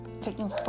taking